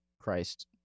Christ